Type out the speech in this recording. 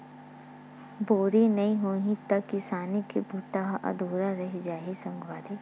बोरी नइ होही त किसानी के बूता ह अधुरा रहि जाही सगवारी